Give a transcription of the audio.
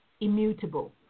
immutable